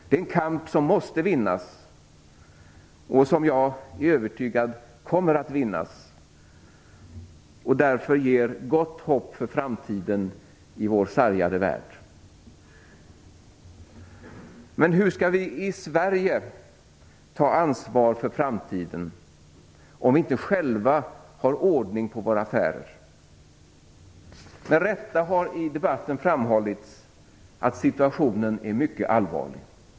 Det är en kamp som måste vinnas och som jag är övertygad om kommer att vinnas och därför ger gott hopp för framtiden i vår sargade värld. Men hur skall vi i Sverige ta ansvar för framtiden om vi inte själva har ordning på våra affärer? Med rätta har det i debatten framhållits att situationen är mycket allvarlig.